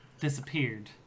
disappeared